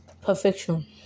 perfection